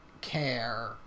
care